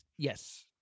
Yes